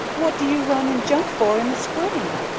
what do you run and jump for in the spring?